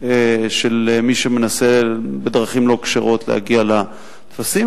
של מי שמנסה בדרכים לא כשרות להגיע לטפסים,